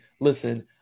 listen